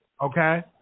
Okay